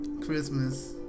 Christmas